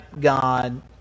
God